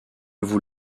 vous